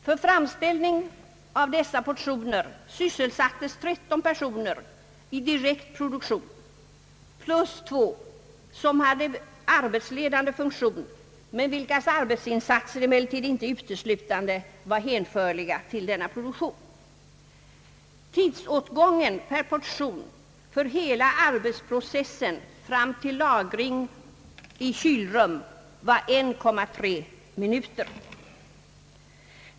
För framställning av dessa portioner sysselsattes 13 personer i direkt produktion plus två som hade arbetsledande funktion men vilkas arbetsinsatser inte uteslutande var hänförliga till denna produktion. Tidsåtgången per portion för hela arbetsprocessen fram till lagring i kylrum var 1,3 minuter.